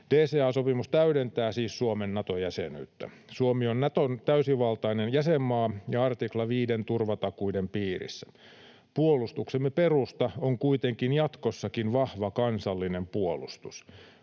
DCA-sopimus täydentää siis Suomen Nato-jäsenyyttä. Suomi on Naton täysivaltainen jäsenmaa ja artikla viiden turvatakuiden piirissä. Puolustuksemme perusta on kuitenkin jatkossakin vahva kansallinen puolustus.